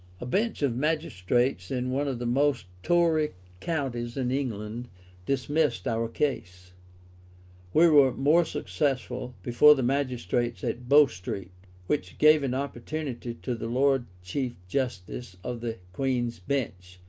a bench of magistrates in one of the most tory counties in england dismissed our case we were more successful before the magistrates at bow street which gave an opportunity to the lord chief justice of the queen's bench,